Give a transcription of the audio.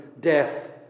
Death